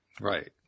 Right